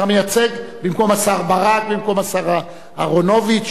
אתה מייצג במקום השר ברק, במקום השר אהרונוביץ?